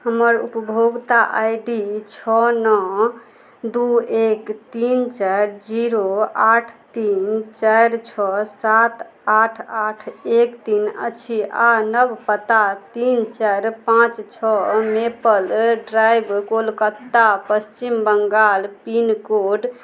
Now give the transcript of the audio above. हमर उपभोक्ता I D छओ नओ दुइ एक तीन चारि जीरो आठ तीन चारि छओ सात आठ आठ एक तीन अछि आओर नव पता तीन चारि पाँच छओ मेपल ड्राइव कोलकाता पच्छिम बङ्गाल पिनकोड